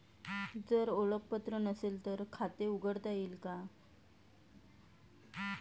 जर ओळखपत्र नसेल तर खाते उघडता येईल का?